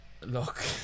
Look